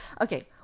Okay